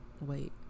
wait